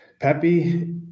Pepe